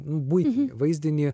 buitinį vaizdinį